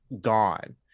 gone